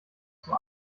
zum